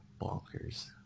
bonkers